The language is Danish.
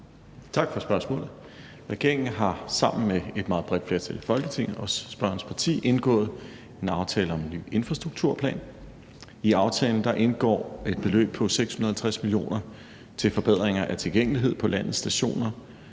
Tak for spørgsmålet. Regeringen har sammen med et meget bredt flertal i Folketinget, også spørgerens parti, indgået en aftale om en ny infrastrukturplan. I aftalen indgår et beløb på 650 mio. kr. til forbedringer af tilgængelighed på landets stationer.